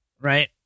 Right